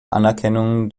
anerkennung